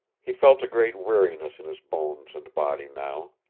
he felt a great weariness in his bones and body now.